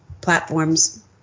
platforms